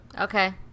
Okay